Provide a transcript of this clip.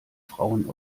frauen